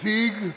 יציג,